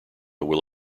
will